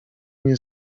nie